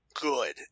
good